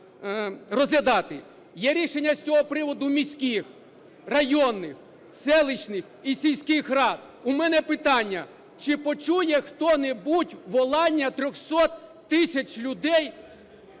Є рішення з цього приводу міських, районних, селищних і сільських рад. У мене питання: чи почує хто-небудь волання 300 тисяч людей